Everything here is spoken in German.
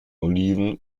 oliven